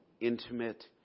intimate